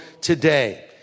today